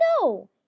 No